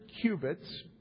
cubits